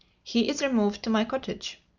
he is removed to my cottage.